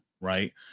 right